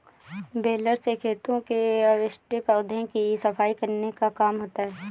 baler से खेतों के अवशिष्ट पौधों की सफाई करने का काम होता है